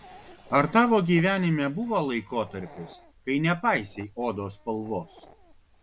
ar tavo gyvenime buvo laikotarpis kai nepaisei odos spalvos